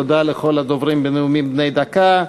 תודה לכל הדוברים בנאומים בני דקה.